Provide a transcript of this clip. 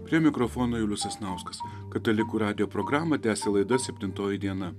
prie mikrofono julius sasnauskas katalikų radijo programą tęsia laida septintoji diena